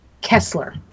Kessler